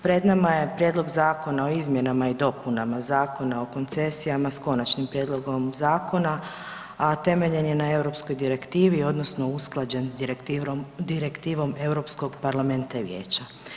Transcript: Pred nama je Prijedlog zakona o izmjenama i dopunama Zakona o koncesijama s konačnim prijedlogom zakona, a temeljen je na europskoj direktivi, odnosno usklađen je s direktivom EU parlamenta i vijeća.